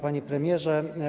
Panie Premierze!